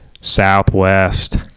Southwest